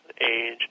age